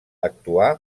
actuà